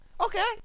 Okay